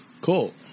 cool